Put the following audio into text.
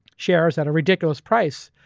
shares at a ridiculous price.